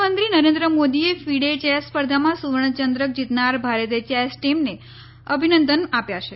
પ્રધાનમંત્રી નરેન્દ્ર મોદીએ FIDE chess સ્પર્ધામાં સુવર્ણચંદ્રક જીતનાર ભારતીય ચેસ ટીમને અભિનંદન આપ્યા છે